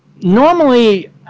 normally